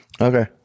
Okay